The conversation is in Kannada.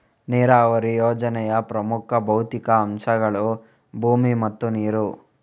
ನೀರಾವರಿ ಯೋಜನೆಯ ಪ್ರಮುಖ ಭೌತಿಕ ಅಂಶಗಳು ಭೂಮಿ ಮತ್ತು ನೀರು